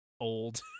old